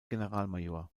generalmajor